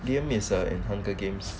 the missile and hunger games